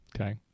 okay